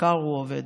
מחר הוא עובד.